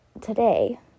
today